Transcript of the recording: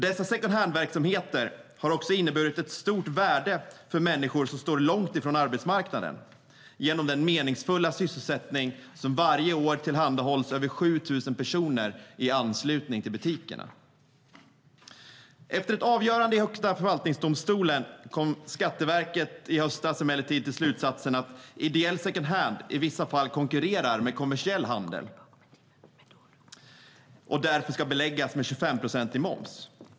Genom den meningsfulla sysselsättning som varje år tillhandahålls över 7 000 personer i anslutning till second hand-butikerna har verksamheterna varit av stort värde också för människor som står långt från arbetsmarknaden. Efter ett avgörande i Högsta förvaltningsdomstolen kom Skatteverket i höstas emellertid till slutsatsen att ideell second hand i vissa fall konkurrerar med kommersiell handel och därför ska beläggas med 25-procentig moms.